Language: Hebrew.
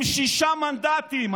עם שישה מנדטים.